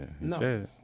No